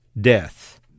death